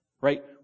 right